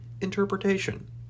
interpretation